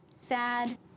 sad